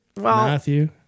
Matthew